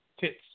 tits